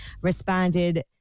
responded